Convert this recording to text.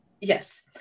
Yes